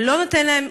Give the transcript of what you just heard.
ולא נותן להם,